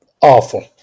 awful